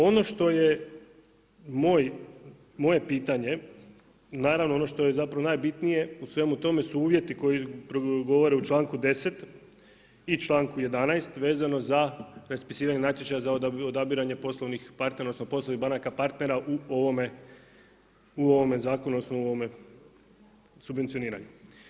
Ono što je moje pitanje, naravno ono što je naravno najbitnije u svemu tome su uvjeti koji govore u članku 10. i članku 11. vezano za raspisivanje natječaja za odabiranje poslovnih partnera, odnosno poslovnih partnera u ovome zakonu odnosno u ovome subvencioniranju.